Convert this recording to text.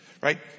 right